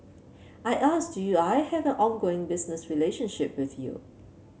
I asked do you I have ongoing business relationship with you